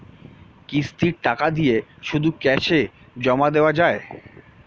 কিস্তির টাকা দিয়ে শুধু ক্যাসে জমা দেওয়া যায়?